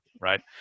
right